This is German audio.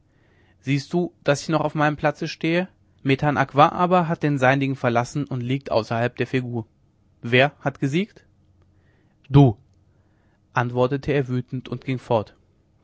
siehst du daß ich noch auf meinem platze stehe metan akva aber hat den seinigen verlassen und liegt außerhalb der figur wer hat gesiegt du antwortete er wütend und ging fort